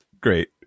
Great